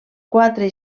quatre